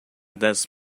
das